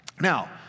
Now